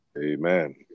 Amen